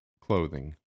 clothing